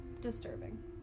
disturbing